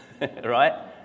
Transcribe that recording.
right